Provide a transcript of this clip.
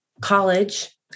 college